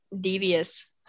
devious